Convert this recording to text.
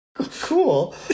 cool